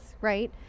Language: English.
right